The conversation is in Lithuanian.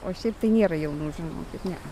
o šiaip tai nėra jaunų žinokit nea